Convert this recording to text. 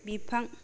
बिफां